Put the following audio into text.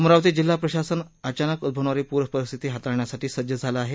अमरावती जिल्हा प्रशासन अचानक उझवणारी पूर परिस्थिती हाताळण्यासाठी सज्ज झालं आहे